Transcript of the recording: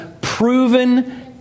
proven